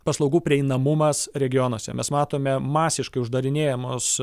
paslaugų prieinamumas regionuose mes matome masiškai uždarinėjamos